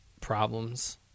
problems